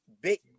big